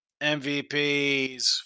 MVPs